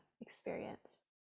experience